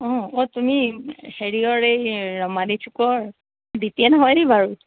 অঁ অঁ তুমি হেৰিয়ৰ এই এই ৰমানী চুকৰ দ্বিপেন হয় নেকি বাৰু